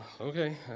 okay